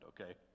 okay